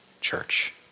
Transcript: church